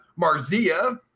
Marzia